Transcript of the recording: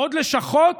עוד לשכות?